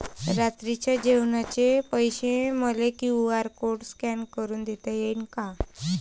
रात्रीच्या जेवणाचे पैसे मले क्यू.आर कोड स्कॅन करून देता येईन का?